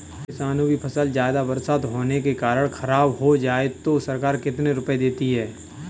किसानों की फसल ज्यादा बरसात होने के कारण खराब हो जाए तो सरकार कितने रुपये देती है?